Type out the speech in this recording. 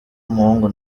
umuhungu